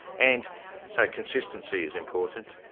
and so consistency is important,